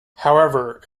however